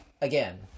again